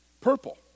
Purple